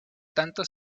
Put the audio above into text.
tanto